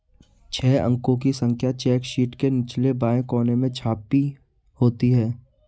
छह अंकों की संख्या चेक शीट के निचले बाएं कोने में छपी होती है